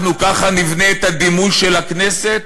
ככה נבנה את הדימוי של הכנסת,